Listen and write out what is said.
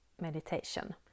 meditation